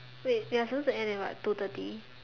wait we're supposed to end at what two thirty